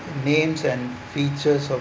names and features of